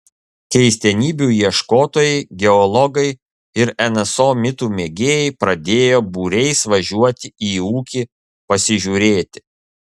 keistenybių ieškotojai geologai ir nso mitų mėgėjai pradėjo būriais važiuoti į ūkį pasižiūrėti